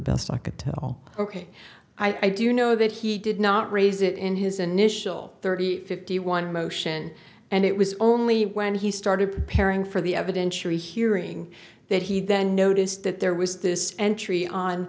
best i could tell ok i do know that he did not raise it in his initial thirty fifty one motion and it was only when he started preparing for the evidentiary hearing that he then noticed that there was this entry on